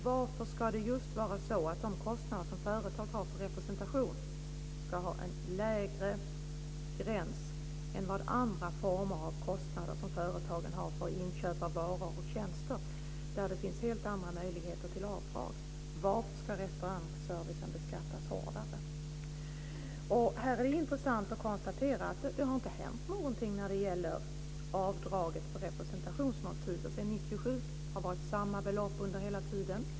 Varför ska just de kostnader som företag har för representation ha en lägre gräns än andra former av kostnader som företagen har, t.ex. för inköp av varor och tjänster, där det finns helt andra möjligheter till avdrag? Här är det intressant att konstatera att det inte har hänt någonting när det gäller avdraget för representationsmåltider sedan 1997. Det har varit samma belopp hela tiden.